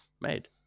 made